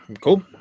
cool